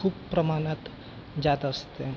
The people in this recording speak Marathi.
खूप प्रमाणात जात असते